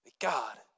God